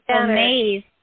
amazed